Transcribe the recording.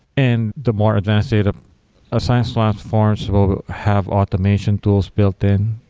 and the more advanced data ah science platforms will have automation tools built in,